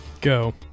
Go